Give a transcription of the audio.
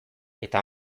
eta